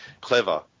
clever